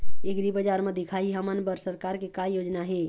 एग्रीबजार म दिखाही हमन बर सरकार के का योजना हे?